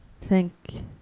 Thank